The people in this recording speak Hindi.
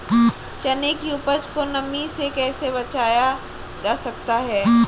चने की उपज को नमी से कैसे बचाया जा सकता है?